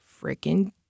freaking